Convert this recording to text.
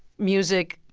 music.